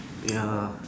ya